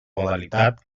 modalitat